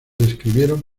describieron